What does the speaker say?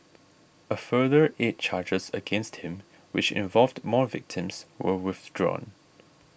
a further eight charges against him which involved more victims were withdrawn